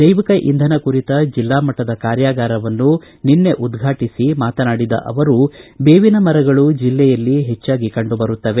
ಜೈವಿಕ ಇಂಧನ ಕುರಿತ ಜಿಲ್ಲಾ ಮಟ್ಟದ ಕಾರ್ಯಾಗಾರವನ್ನು ನಿನ್ನೆ ಉದ್ಘಾಟಿಸಿ ಮಾತನಾಡಿದ ಅವರು ಬೇವಿನ ಮರಗಳು ಜೆಲ್ಲೆಯಲ್ಲಿ ಹೆಚ್ಚಾಗಿ ಕಂಡು ಬರುತ್ತವೆ